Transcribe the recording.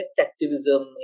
activism